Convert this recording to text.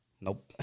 Nope